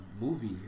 movie